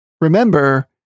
remember